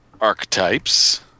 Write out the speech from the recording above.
archetypes